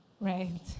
right